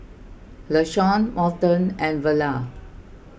Lashawn Morton and Verla